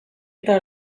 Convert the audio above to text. eta